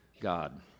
God